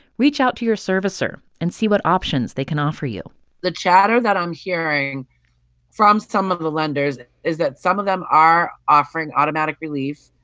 reach out to your servicer and see what options they can offer you the chatter that i'm hearing from some of the lenders is that some of them are offering automatic relief.